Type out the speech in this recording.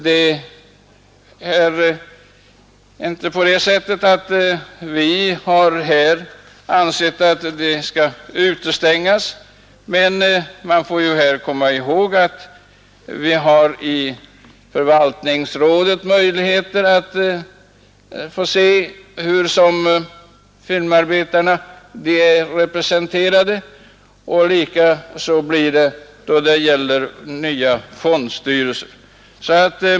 Vi har alltså inte ansett att personalen skall utestängas, men man bör i detta sammanhang komma ihåg att i förvaltningsrådet ges möjligheter att ge filmarbetarna representation. Detsamma gäller också i den nya fondstyrelsen.